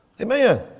Amen